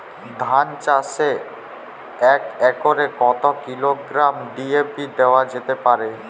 ধান চাষে এক একরে কত কিলোগ্রাম ডি.এ.পি দেওয়া যেতে পারে?